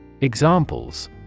Examples